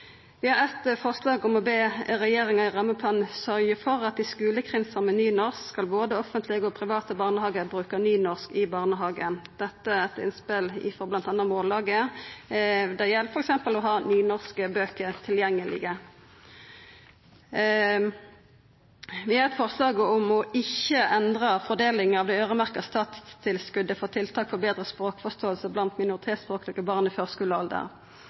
Vi har eit forslag om å be regjeringa i rammeplanen sørgja for at i skulekrinsar med nynorsk skal både offentlege og private barnehagar bruka nynorsk i barnehagen. Dette er eit utspel frå bl.a. Mållaget. Det gjeld f.eks. å ha nynorske bøker tilgjengeleg. Vi har eit forslag om ikkje å endra fordelinga av det øyremerkte statsstilskotet for tiltak for betre språkforståing blant minoritetsspråklege barn i førskulealder.